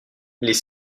les